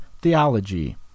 theology